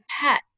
pet